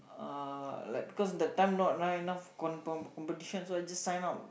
uh like because the time not not enough compe~ competition so I just sign up